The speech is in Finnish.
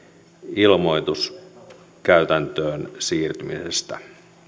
ilmoituskäytäntöön siirtymisestä